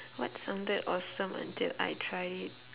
what sounded awesome until I tried it